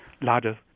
larger